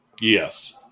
Yes